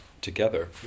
together